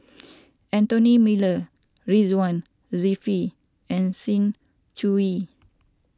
Anthony Miller Ridzwan Dzafir and Sng Choon Yee